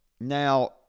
Now